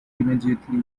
immediately